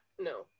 No